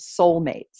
Soulmates